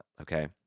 Okay